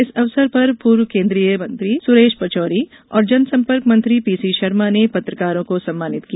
इस अवसर पर पूर्व केन्द्रीय सुरेश पचौरी और जनसंपर्क मंत्री पीसीशर्मा ने पत्रकारों को सम्मानित किया